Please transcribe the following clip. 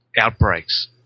outbreaks